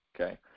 okay